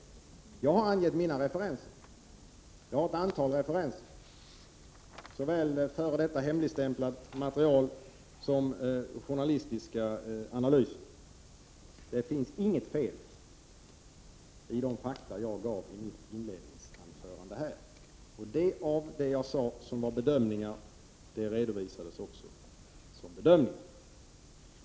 Jag har angett mina referenser. Jag har ett antal referenser bestående såväl av f.d. hemligstämplat material som av journalistiska analyser. Det finns inget fel i de fakta jag gav i mitt inledningsanförande. Det jag sade som var bedömningar, redovisades också som bedömningar.